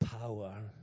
power